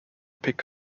pick